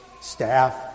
staff